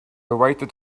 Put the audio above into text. waited